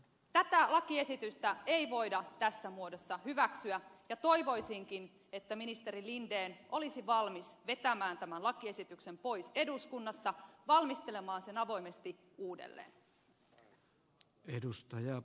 tätä lakiesitystä ei voida tässä muodossa hyväksyä ja toivoisinkin että ministeri linden olisi valmis vetämään tämän lakiesityksen pois eduskunnasta ja valmistelemaan sen avoimesti uudelleen